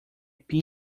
pin